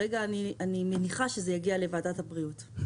אני מניחה שעכשיו זה יגיע לוועדת הבריאות.